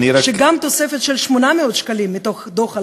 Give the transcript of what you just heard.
וגם תוספת של 800 שקלים מתוך דוח אלאלוף,